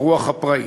ברוח הפראית.